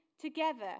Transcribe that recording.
together